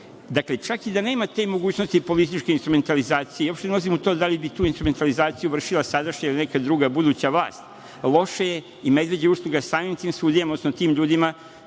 ulogu. Dakle, čak i da nema te mogućnosti političke instrumentalizacije, i uopšte ne ulazim u to da li bi tu instrumentalizaciju vršila sadašnja ili neka druga, buduća vlast, loše je i medveđa usluga samim tim sudijama, odnosno tim ljudima